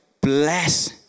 bless